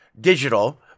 Digital